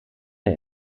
der